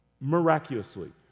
miraculously